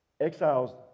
Exiles